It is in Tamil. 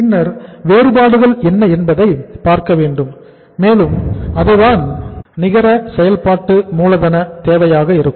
பின்னர் வேறுபாடுகள் என்ன என்பதை பார்க்க வேண்டும் மேலும் அதுதான் நிகர செயல்பாட்டு மூலதன தேவையாக இருக்கும்